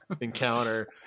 encounter